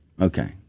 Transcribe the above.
Okay